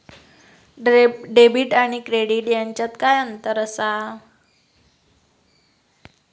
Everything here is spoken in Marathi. डेबिट आणि क्रेडिट ह्याच्यात काय अंतर असा?